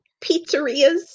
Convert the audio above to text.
pizzerias